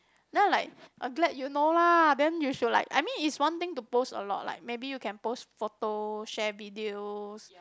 then I was I'm glad you know lah then you should like I mean is one thing to post a lot like maybe you can post photo share videos